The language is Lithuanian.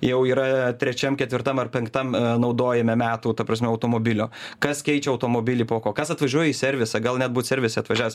jau yra trečiam ketvirtam ar penktam naudijame metų ta prasme automobilio kas keičia automobilį po ko kas atvažiuoja į servisą gal net būt servise atvažiavęs